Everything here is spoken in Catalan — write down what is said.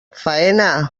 faena